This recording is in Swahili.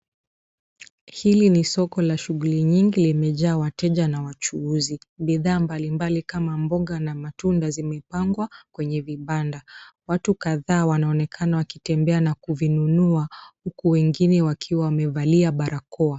Hili ni soko la shughuli nyingi limejaa wateja na wachuuzi. Bidhaa mbalimbali kama mboga na matunda zimepangwa kwenye vibanda. Watu kadhaa wanaonekana wakitembea na kuvinunua uku wengine wakiwa wamevalia barakoa.